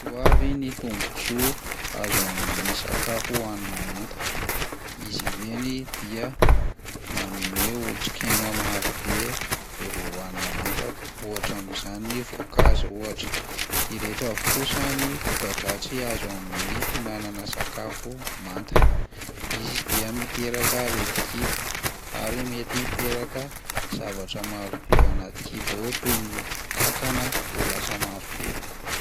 Reto avy ny tombontsoa azo amin'ny sakafo hohanina manta: izy ireny dia manome otrikaina marobe raha vao hohanina manta ohatra amin'izany ny voankzao ohatra; ireto avy kosa ny voka-dratsy azo amin'ny fihinanana sakafo: izy dia miteraka aretin-kibo ary mety hiteraka zavatra maro be ao anaty kibo ao toy ny kankana ho lasa marobe.